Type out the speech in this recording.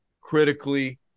critically